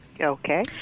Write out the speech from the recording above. Okay